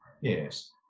yes